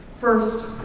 first